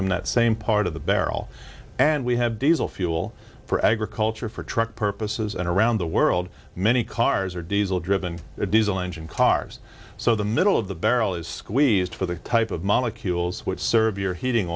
from that same part of the barrel and we have diesel fuel for agriculture for truck purposes and around the world many cars are diesel driven diesel engine cars so the middle of the barrel is squeezed for the type of molecules which serve your heating